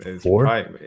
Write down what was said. four